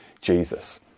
Jesus